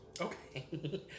okay